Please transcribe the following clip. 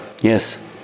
Yes